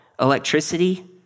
electricity